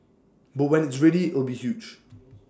but when it's ready it'll be huge